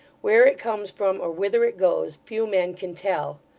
where it comes from or whither it goes, few men can tell.